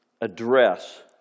address